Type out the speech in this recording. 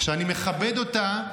שאני מכבד אותה,